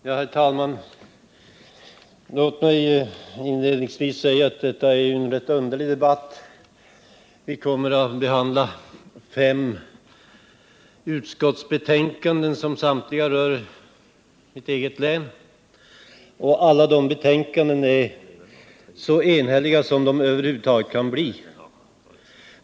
Herr talman! Låt mig inledningsvis säga att detta är en rätt underlig debatt. Kammaren behandlar i dag fem utskottsbetänkanden, som samtliga rör mitt eget län. Alla dessa betänkanden är så enhälliga som de över huvud taget kan bli.